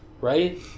right